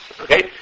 Okay